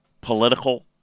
political